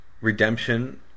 redemption